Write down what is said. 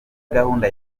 gahunda